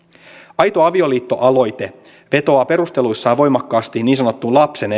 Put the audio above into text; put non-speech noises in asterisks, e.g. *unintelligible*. aito avioliitto aloite vetoaa perusteluissaan voimakkaasti niin sanottuun lapsen *unintelligible*